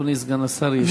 אדוני סגן השר ישיב.